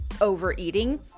overeating